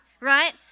right